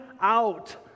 out